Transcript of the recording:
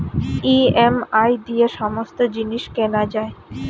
EMI দিয়ে সমস্ত জিনিস কেনা যায়